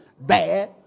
bad